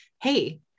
Hey